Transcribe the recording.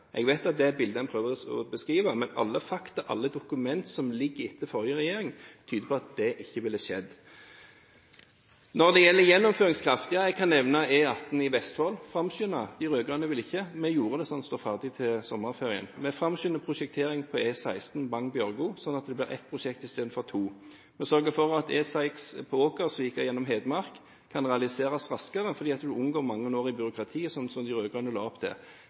Jeg vet at dette er bildet en prøver å beskrive, men alle fakta og alle dokumenter etter forrige regjering tyder på at det ikke ville ha skjedd. Når det gjelder gjennomføringskraft, kan jeg nevne at E18 i Vestfold ble framskyndet. De rød-grønne ville det ikke, vi gjorde det sånn at det står ferdig til sommerferien. Vi framskyndet prosjektering på E16 Vang-Bjørgo sånn at det ble ett prosjekt i stedet for to. Vi sørger for at E6 gjennom Åkersvika i Hedmark kan realiseres raskere, fordi en unngår mange år i byråkratiet som de rød-grønne la opp til.